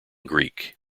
greek